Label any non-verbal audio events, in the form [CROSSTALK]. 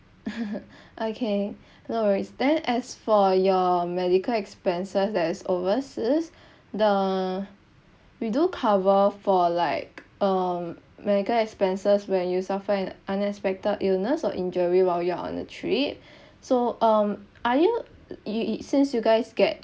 [LAUGHS] okay no worries then as for your medical expenses that is overseas the we do cover for like um medical expenses when you suffer an unexpected illness or injury while you are on a trip so um are you uh [NOISE] since you guys get